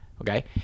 Okay